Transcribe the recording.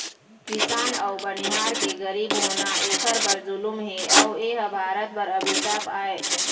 किसान अउ बनिहार के गरीब होना एखर बर जुलुम हे अउ एह भारत बर अभिसाप आय